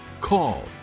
call